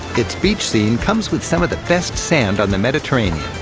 its beach scene comes with some of the best sand on the mediterranean.